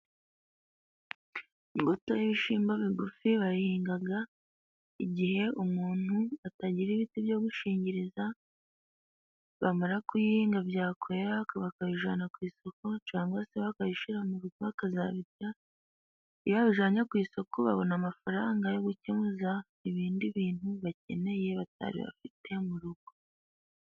Imbuto y'ibishimbo bigufi bayihingaga igihe umuntu atagira ibiti byo gushingiriza, bamara kuyihinga byakwera bakabijana ku isoko cangwa se bakayishira mu rugo bakazabirya, iyo babijanye ku isoko babona amafaranga yo gukemuza ibindi bintu bakeneye batari bafite mu rugo.